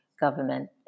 government